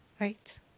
right